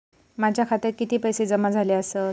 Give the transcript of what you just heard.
माझ्या खात्यात किती पैसे जमा झाले आसत?